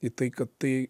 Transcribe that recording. į tai kad tai